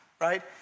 right